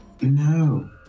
No